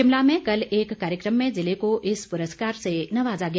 शिमला में कल एक कार्यक्रम में जिले को इस पुरस्कार से नवाजा गया